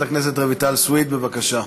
חברת הכנסת רויטל סויד, בבקשה.